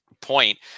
point